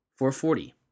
440